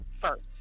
first